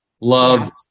love